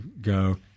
go